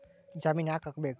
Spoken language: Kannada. ಜಾಮಿನ್ ಯಾಕ್ ಆಗ್ಬೇಕು?